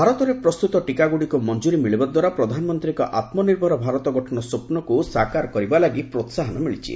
ଭାରତରେ ପ୍ରସ୍ତୁତ ଟୀକାଗୁଡ଼ିକୁ ମଞ୍ଜୁରି ମିଳିବାଦ୍ୱାରା ପ୍ରଧାନମନ୍ତ୍ରୀଙ୍କ ଆତ୍ମନିର୍ଭର ଭାରତ ଗଠନ ସ୍ୱପ୍ରକ୍ ସାକାର କରିବା ଲାଗି ପ୍ରୋହାହନ ମିଳିଛି